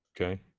Okay